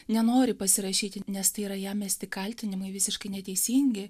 nenori pasirašyti nes tai yra jam mesti kaltinimai visiškai neteisingi